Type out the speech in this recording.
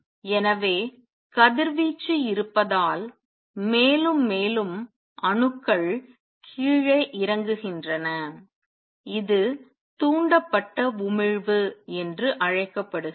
எனவே கதிர்வீச்சு இருப்பதால் மேலும் மேலும் அணுக்கள் கீழே இறங்குகின்றன இது தூண்டப்பட்ட உமிழ்வு என்று அழைக்கப்படுகிறது